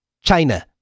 China